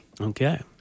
Okay